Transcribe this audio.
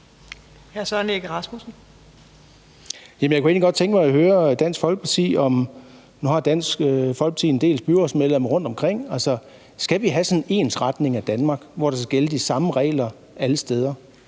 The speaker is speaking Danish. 18:08 Søren Egge Rasmussen (EL): Jeg kunne egentlig godt tænke mig at høre Dansk Folkeparti om noget. Nu har Dansk Folkeparti en del byrådsmedlemmer rundtomkring, og skal vi have sådan en ensretning af Danmark, hvor der skal gælde de samme regler alle steder?